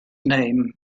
name